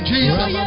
Jesus